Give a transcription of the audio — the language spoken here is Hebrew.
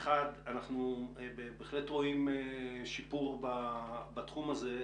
אחד, אנחנו בהחלט רואים שיפור בתחום הזה.